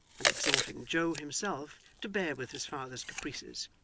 and exhorting joe himself to bear with his father's caprices,